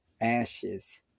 ashes